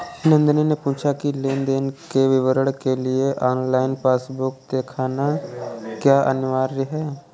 नंदनी ने पूछा की लेन देन के विवरण के लिए ऑनलाइन पासबुक देखना क्या अनिवार्य है?